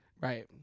right